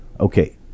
Okay